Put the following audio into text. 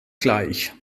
gleich